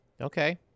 okay